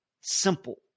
simple